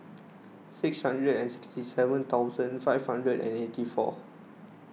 six hundred and sixty seven thousand five hundred and eighty four